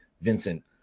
Vincent